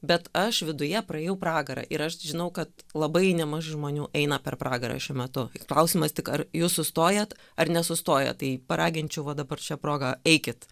bet aš viduje praėjau pragarą ir aš žinau kad labai nemažai žmonių eina per pragarą šiuo metu klausimas tik ar jūs sustojat ar nesustojat tai paraginčiau va dabar šia proga eikit